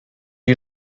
you